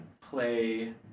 play